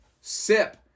Sip